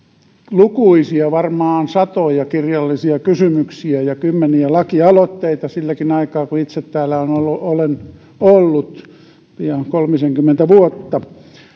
lukuisia varmaan satoja kirjallisia kysymyksiä ja kymmeniä lakialoitteita silläkin aikaa kun itse täällä olen ollut pian kolmisenkymmentä vuotta